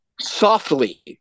softly